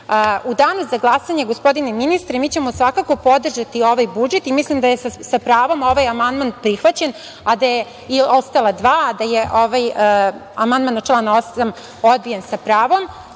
danu za glasanje, gospodine ministre, mi ćemo svakako podržati ovaj budžet i mislim da je sa pravom ovaj amandman prihvaćen, ostala dva, a da je ovaj amandman na član 8. odbijen sa pravom.